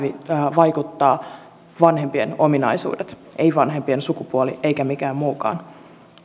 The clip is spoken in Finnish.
vaikuttaa vanhempien ominaisuudet ei vanhempien sukupuoli eikä mikään muukaan